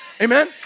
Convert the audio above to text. Amen